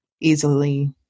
easily